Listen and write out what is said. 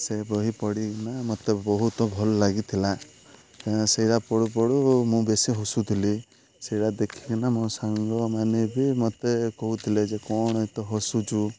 ସେ ବହି ପଢ଼ିକିନା ମୋତେ ବହୁତ ଭଲ ଲାଗିଥିଲା ସେୟା ପଢ଼ୁ ପଢ଼ୁ ମୁଁ ବେଶୀ ହସୁଥିଲି ସେଇଟା ଦେଖିକିନା ମୋ ସାଙ୍ଗ ମାନେ ବି ମୋତେ କହୁଥିଲେ ଯେ କ'ଣ ଏତେ ହସୁଛୁ